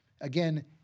again